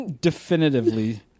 definitively